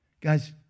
Guys